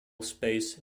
space